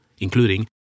including